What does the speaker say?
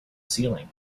ceiling